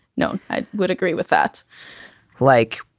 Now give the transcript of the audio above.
no. i would agree with that like.